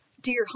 dear